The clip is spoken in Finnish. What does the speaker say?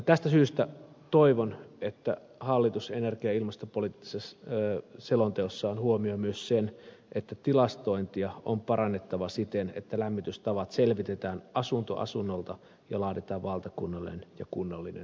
tästä syystä toivon että hallitus energia ja ilmastopoliittisessa selonteossaan huomioi myös sen että tilastointia on parannettava siten että lämmitystavat selvitetään asunto asunnolta ja laaditaan valtakunnallinen ja kunnallinen tilastointi